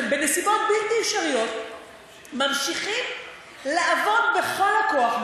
בנסיבות בלתי אפשריות ממשיכים לעבוד בכל הכוח,